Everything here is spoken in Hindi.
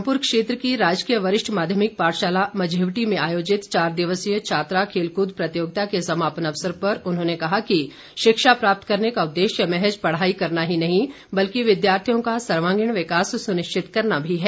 रामपुर क्षेत्र की राजकीय वरिष्ठ माध्यमिक पाठशाला मझेवटी में आयोजित चार दिवसीय छात्रा खेलकूद प्रतियोगिता के समापन अवसर पर उन्होंने कहा कि शिक्षा प्राप्त करने का उद्देश्य महज पढ़ाई करना ही नहीं बल्कि विद्यार्थियों का सर्वागीण विकास सुनिश्चित करना भी है